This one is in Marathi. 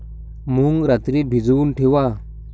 मूग रात्री भिजवून ठेवा